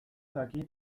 dakit